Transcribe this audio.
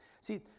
See